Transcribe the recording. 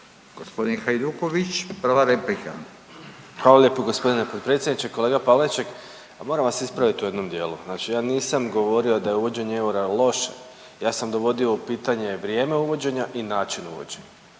**Hajduković, Domagoj (Nezavisni)** Hvala lijepo gospodine potpredsjedniče. Kolega Pavliček, pa moram vas ispraviti u jednom dijelu. Znači ja nisam govorio da je uvođenje eura loše, ja sam dovodio u pitanje vrijeme uvođenja i način uvođenja.